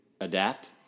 adapt